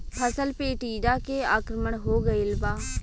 फसल पे टीडा के आक्रमण हो गइल बा?